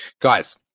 guys